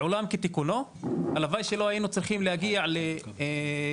בעולם כתיקונו הלוואי ולא היינו צריכים להגיע להקצאת